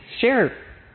share